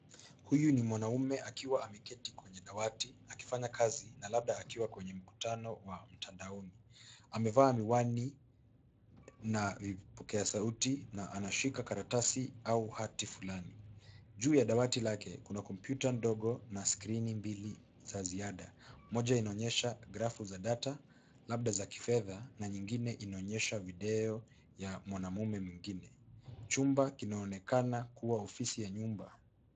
Huyu ni mwanaume akiwa ameketi kwenye dawati akifanya kazi na labda akiwa kwenye mkutano wa mtandaoni. Amevaa miwani na vipokea sauti na ameshika karatasi au hati fulani. Juu ya dawati lake, kuna cs computer cs ndogo na skrini mbili za ziada. Moja inaonyesha grafu za data, labda za kifedha na nyingine inaonyesha video ya mwanaume mwingine. Chumba kinaonekana kuwa ofisi ya nyumba